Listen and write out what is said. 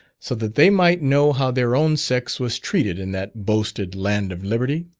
so that they might know how their own sex was treated in that boasted land of liberty.